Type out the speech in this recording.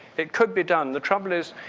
it could be done. the trouble is,